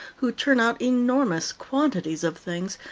who turn out enormous quantities of things,